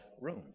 room